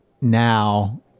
now